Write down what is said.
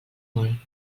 molt